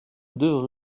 deux